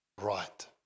right